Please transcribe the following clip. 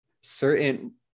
certain